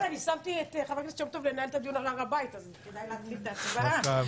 סעיף ז' לסדר-היום: בקשת הממשלה להקדמת הדיון בהצעת חוק מענק